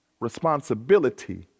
responsibility